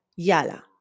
Yala